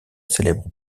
célèbre